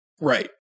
right